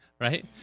right